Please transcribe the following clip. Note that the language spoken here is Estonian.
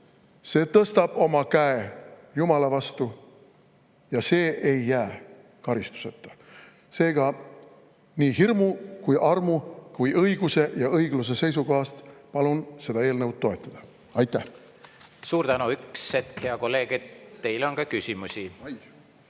see tõstab oma käe jumala vastu, ja see ei jää karistuseta. Seega, nii hirmu kui armu kui õiguse ja õigluse seisukohast palun seda eelnõu toetada. Suur tänu! Üks hetk, hea kolleeg, teile on ka küsimusi.